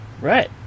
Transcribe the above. Right